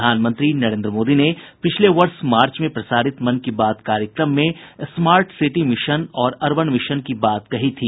प्रधानमंत्री नरेंद्र मोदी ने पिछले वर्ष मार्च में प्रसारित मन की बात कार्यक्रम में स्मार्ट सिटी मिशन और अरबन मिशन की बात कही थी